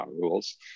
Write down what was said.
rules